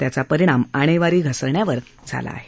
त्याचा परिणाम आणेवारी घसरण्यावर झाला आहे